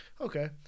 Okay